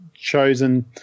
chosen